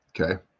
Okay